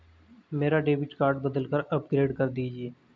मेरा debit card बदलकर upgrade कर दीजिए